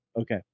Okay